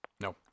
no